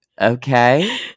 okay